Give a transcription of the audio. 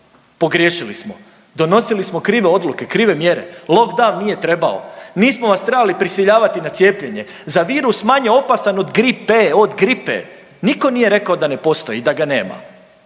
pogriješili smo, donosili smo krive odluke, krive mjere, lockdown nije trebao, nismo vas trebali prisiljavati na cijepljenje za virus manje opasan od gripe, od gripe, niko nije rekao da ne postoji i da ga nema